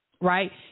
Right